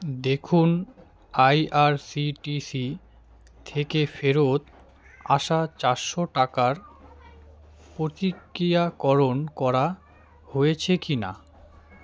দেখুন I R C T C থেকে ফেরত আসা চাসশো টাকার প্রতিক্রিয়াকরণ করা হয়েছে কি না